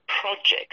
project